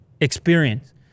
experience